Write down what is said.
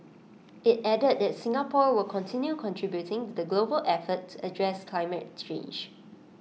IT added that Singapore will continue contributing to the global effort to address climate